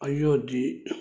Ayodhya